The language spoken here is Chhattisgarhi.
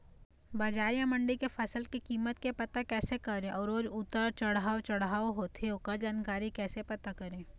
बजार या मंडी के फसल के कीमत के पता कैसे करें अऊ रोज उतर चढ़व चढ़व होथे ओकर जानकारी कैसे पता करें?